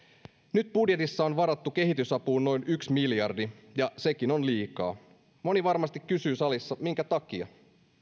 nyt budjetissa on varattu kehitysapuun noin yksi miljardi ja sekin on liikaa moni varmasti kysyy salissa minkä takia